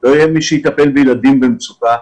לא יהיה מי שיטפל בילדים במצוקה,